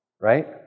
right